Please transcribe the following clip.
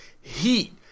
heat